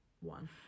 one